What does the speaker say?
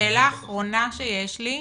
שאלה אחרונה שיש לי,